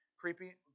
creepy